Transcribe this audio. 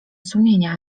sumienia